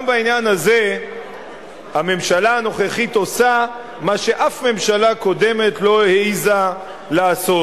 גם בעניין הזה הממשלה הנוכחית עושה מה שאף ממשלה קודמת לא העזה לעשות,